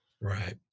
right